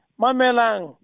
mamelang